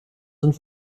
sind